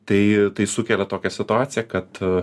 tai tai sukelia tokią situaciją kad